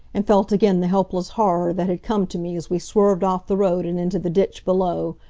and felt again the helpless horror that had come to me as we swerved off the road and into the ditch below,